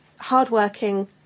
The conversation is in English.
Hard-working